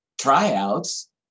tryouts